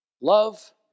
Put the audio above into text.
love